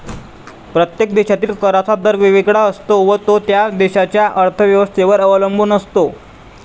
प्रत्येक देशातील कराचा दर वेगवेगळा असतो व तो त्या देशाच्या अर्थव्यवस्थेवर अवलंबून असतो